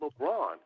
LeBron